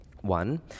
One